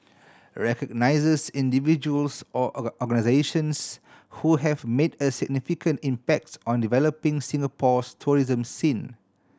recognises individuals or or organisations who have made a significant impacts on developing Singapore's tourism scene